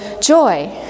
joy